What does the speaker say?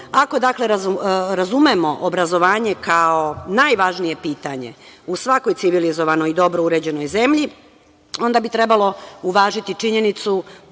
Ako, dakle, razumemo obrazovanje kao najvažnije pitanje u svakoj civilizovanoj i dobro uređenoj zemlji, onda bi trebalo uvažiti činjenicu